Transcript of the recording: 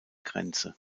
grenze